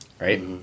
right